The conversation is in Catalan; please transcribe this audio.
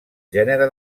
gènere